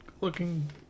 looking